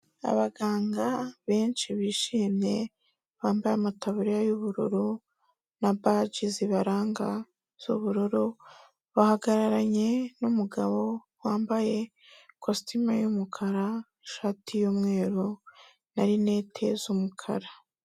Abaganga benshi bishimye bambaye amataburiya y'ubururu na baji zibaranga z'ubururu, bahagararanye n'umugabo wambaye ikositimu y'umukara, ishati y'umweru na rinete z'umukara.